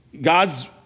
God's